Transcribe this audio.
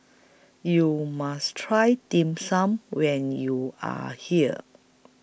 YOU must Try Dim Sum when YOU Are here